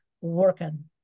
working